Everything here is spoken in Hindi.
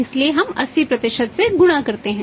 इसलिए हम 80 से गुणा करते हैं